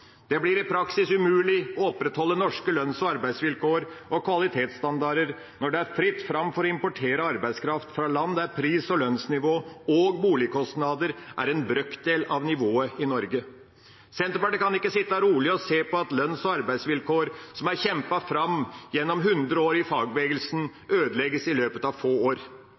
Det blir i praksis umulig å opprettholde norske lønns- og arbeidsvilkår og kvalitetsstandarder når det er fritt fram for å importere arbeidskraft fra land der pris- og lønnsnivået og boligkostnadene er en brøkdel av nivået i Norge. Senterpartiet kan ikke sitte rolig å se på at lønns- og arbeidsvilkår som er kjempet fram gjennom 100 år i fagbevegelsen, ødelegges i løpet av få år.